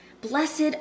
Blessed